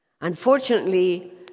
Unfortunately